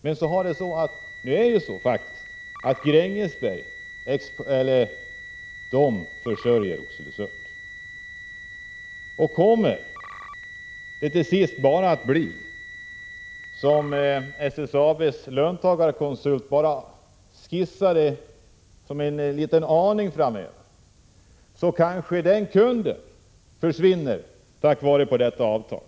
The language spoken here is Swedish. Det är faktiskt så att Grängesberg försörjer Oxelösund, och kommer det till sist bara att bli som SSAB:s löntagarkonsult skisserade som en liten aning framöver, så kanske den kunden försvinner i och med detta avtal.